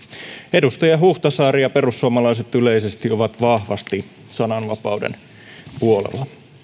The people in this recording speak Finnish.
edustaja huhtasaari ja perussuomalaiset yleisesti ovat vahvasti sananvapauden puolella